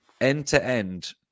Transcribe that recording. end-to-end